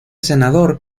senador